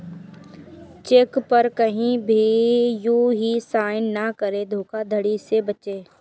check पर कहीं भी यू हीं साइन न करें धोखाधड़ी से बचे